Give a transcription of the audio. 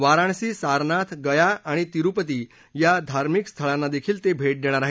वाराणसी सारनाथ गया आणि तिरुपती या धार्मिक स्थळांना देखील ते भेट देणार आहेत